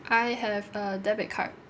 I have a debit card